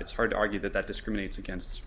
it's hard to argue that that discriminates against